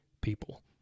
people